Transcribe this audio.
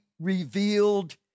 Revealed